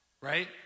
right